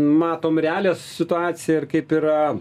matom realią situaciją ir kaip yra